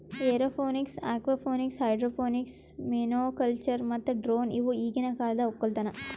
aeroponics, aquaponics, hydroponics, monoculture ಮತ್ತ drone ಇವು ಈಗಿನ ಕಾಲದ ಒಕ್ಕಲತನ